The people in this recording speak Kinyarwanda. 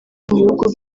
bihugu